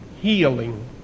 healing